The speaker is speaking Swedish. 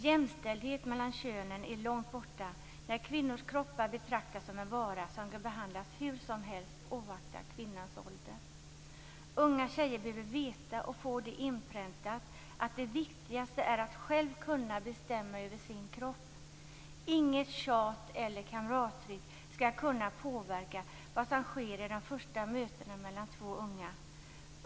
Jämställdheten mellan könen är långt borta när kvinnors kroppar betraktas som en vara som kan behandlas hur som helst oavsett kvinnans ålder. Unga tjejer behöver veta och få det inpräntat att det viktigaste är att själv kunna bestämma över sin kropp. Inget tjat eller kamrattryck skall kunna påverka vad som sker i de första mötena mellan två unga.